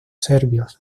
serbios